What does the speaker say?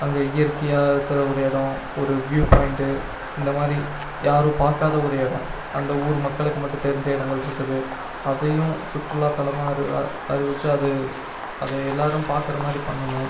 அங்கே இயற்கையாக இருக்கிற ஒரு இடம் ஒரு வியூவ் பாயிண்ட்டு இந்த மாதிரி யாரும் பார்க்காத ஒரு இடம் அந்த ஊர் மக்களுக்கு மட்டும் தெரிஞ்ச இடங்கள்ருக்குது அதையும் சுற்றுலா தலமாக அறி அறிவித்தா அது அதை எல்லாேரும் பார்க்குற மாதிரி பண்ணணும்